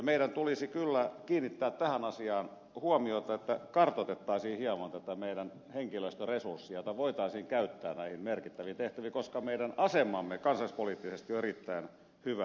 meidän tulisi kyllä kiinnittää tähän asiaan huomiota että kartoitettaisiin hieman tätä meidän henkilöstöresurssia jota voitaisiin käyttää näihin merkittäviin tehtäviin koska meidän asemamme kansainvälispoliittisesti on erittäin hyvä siihen